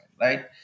Right